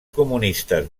comunistes